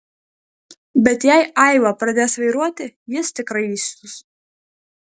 bet jei aiva pradės vairuoti jis tikrai įsius